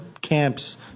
camps